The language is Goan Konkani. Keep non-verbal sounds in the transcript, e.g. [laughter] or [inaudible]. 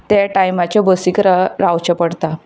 ते टायमाचे बसीक [unintelligible] रावचें पडटा